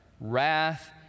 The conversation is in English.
wrath